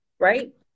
Right